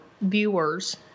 viewers